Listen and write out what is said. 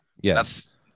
Yes